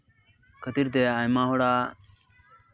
ᱠᱷᱟᱹᱛᱤᱨ ᱛᱮ ᱟᱭᱢᱟ ᱦᱚᱲᱟᱜ